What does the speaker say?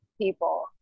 people